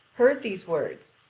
heard these words,